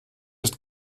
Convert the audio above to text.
ist